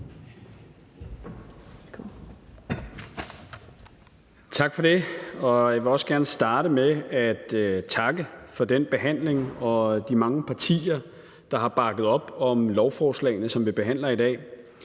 Tak for det. Jeg vil gerne starte med at takke for behandlingen og takke de mange partier, der har bakket op om lovforslagene, som vi behandler i dag.